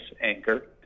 anchor